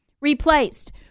replaced